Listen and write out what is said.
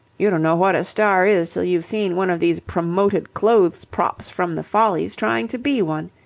you don't know what a star is till you've seen one of these promoted clothes-props from the follies trying to be one.